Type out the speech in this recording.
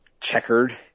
checkered